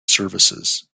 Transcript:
services